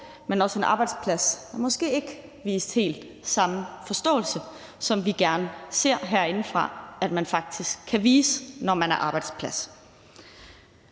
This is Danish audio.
også en arbejdsplads, der måske ikke viste helt samme forståelse, som vi gerne ser herindefra at man faktisk kan vise, når man er arbejdsplads.